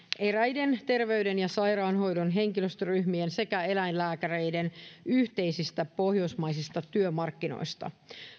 eräiden terveyden ja sairaanhoidon henkilöstöryhmien sekä eläinlääkäreiden yhteisistä pohjoismaisista työmarkkinoista